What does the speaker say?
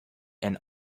and